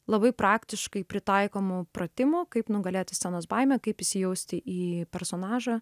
labai praktiškai pritaikomų pratimų kaip nugalėti scenos baimę kaip įsijausti į personažą